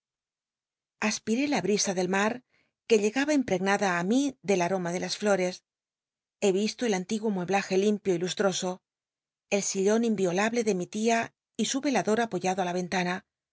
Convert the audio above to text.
aspiré la brisa del mj que llegaba impregnada á mi del oma de las llocs lle yislo el antiguo mueblaje limpio y lustroso el sillon inyiolablc de mi tia y su ejador apoyado á la ventana